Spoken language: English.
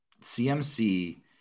CMC